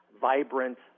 vibrant